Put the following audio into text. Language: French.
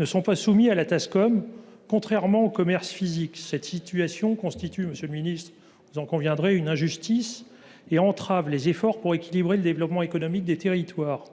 ne sont pas soumis à la Tascom, contrairement aux commerces physiques. Cette situation constitue une injustice – vous en conviendrez, monsieur le ministre – et entrave les efforts pour équilibrer le développement économique des territoires.